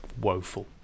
woeful